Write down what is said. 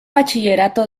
bachillerato